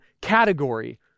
category